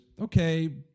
okay